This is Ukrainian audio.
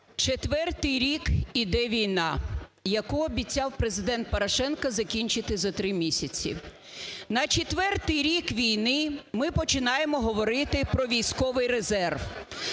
Четвертий рік іде війна, яку обіцяв Президент Порошенко закінчити за три місяці. На четвертий рік війни ми починаємо говорити про військовий резерв